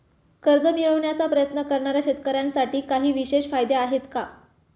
कर्ज मिळवण्याचा प्रयत्न करणाऱ्या शेतकऱ्यांसाठी काही विशेष फायदे आहेत का?